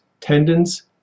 tendons